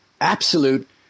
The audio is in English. absolute